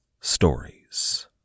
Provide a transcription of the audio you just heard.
stories